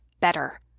better